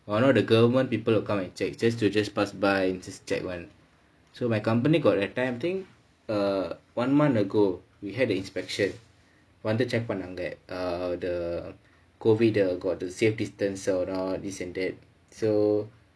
you know the government people will come and check just to just pass by just check one so my company got that time I think err one month ago we had the inspection வந்து:vanthu check பண்ணாங்க:pannaanga err the COVID got the safe distance or not this and that so